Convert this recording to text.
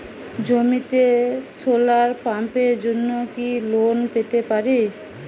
জমিতে সোলার পাম্পের জন্য কি লোন পেতে পারি?